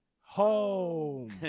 home